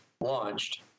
launched